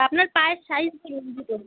আপনার পায়ের সাইজ বলুন জুতোর